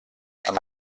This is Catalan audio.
amb